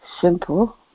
Simple